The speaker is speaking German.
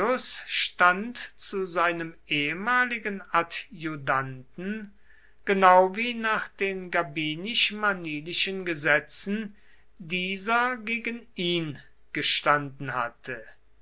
stand zu seinem ehemaligen adjutanten genau wie nach den gabinisch manilischen gesetzen dieser gegen ihn gestanden hatte